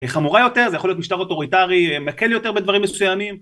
חמורה יותר זה יכול להיות משטר אוטוריטרי מקל יותר בדברים מסוימים